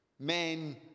Men